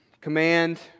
Command